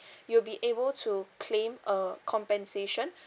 you'll be able to claim a compensation